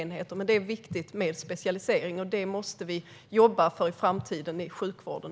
Det är dock viktigt med specialisering, och det måste vi jobba för i sjukvården i framtiden.